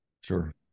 Sure